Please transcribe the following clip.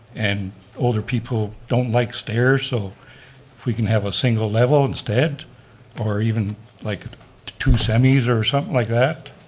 and older people don't like stairs. so if we can have ah single level instead or even like two families, or something like that,